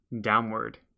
downward